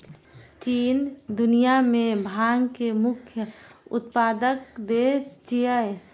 चीन दुनिया मे भांग के मुख्य उत्पादक देश छियै